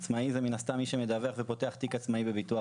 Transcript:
עצמאי זה מן הסתם מי שמדווח ופותח תיק עצמאי בביטוח